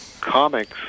comics